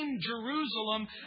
Jerusalem